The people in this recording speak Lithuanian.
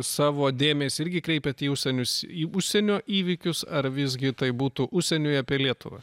savo dėmesį irgi kreipiat į užsienius į užsienio įvykius ar visgi tai būtų užsieniui apie lietuvą